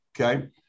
Okay